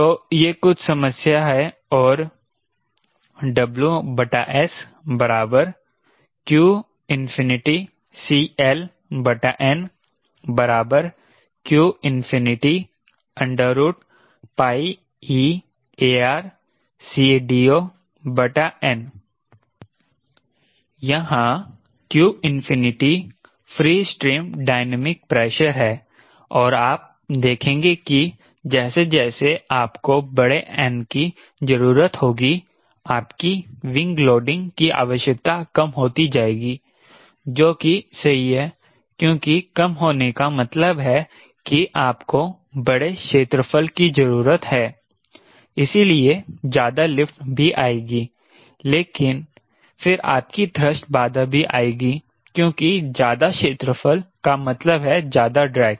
तो यह कुछ समस्या है और WS qCLn qeARCDOn यहाँ q free stream dynamic pressure है और आप देखेंगे कि जैसे जैसे आपको बड़े n की जरूरत होगी आपकी विंग लोडिंग की आवश्यकता कम होती जाएगी जो कि सही है क्योंकि कम होने का मतलब है कि आपको बड़े क्षेत्रफल की जरुरत है इसीलिए ज्यादा लिफ्ट भी आएगी लेकिन फिर आपकी थ्रस्ट बाधा भी आएगी क्योंकि ज्यादा क्षेत्रफल का मतलब है ज्यादा ड्रैग